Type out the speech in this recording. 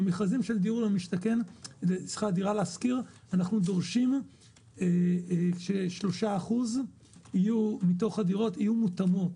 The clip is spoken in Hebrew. במכרזים של דירה להשכיר אנחנו דורשים ש-3% מתוך הדירות יהיו מותאמות.